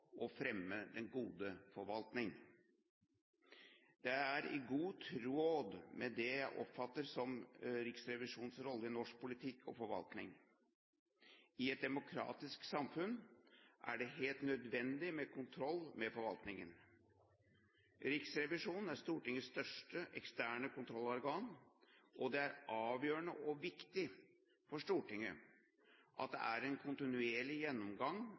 å fremme den gode forvaltning. Det er i god tråd med det jeg oppfatter som Riksrevisjonens rolle i norsk politikk og forvaltning. I et demokratisk samfunn er det helt nødvendig med kontroll med forvaltningen. Riksrevisjonen er Stortingets største eksterne kontrollorgan, og det er avgjørende og viktig for Stortinget at det er en kontinuerlig gjennomgang